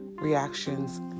Reactions